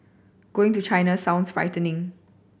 going to China sounds frightening